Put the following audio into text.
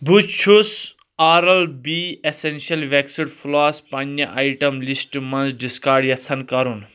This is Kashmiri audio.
بہٕ چھُس Oral B essential waxed floss پنِنہِ آیٹم لشٹ منٛز ڈسکارڑ یژھان کرُن